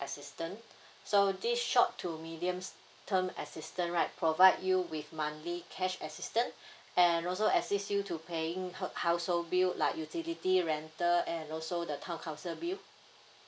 assistance so these short to medium term assistance right provide you with monthly cash assistance and also assist you to paying household bill like utility rental and also the town council bill